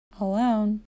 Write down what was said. alone